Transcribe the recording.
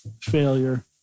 failure